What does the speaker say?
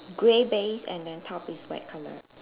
grey base and then top is white color